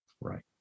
Right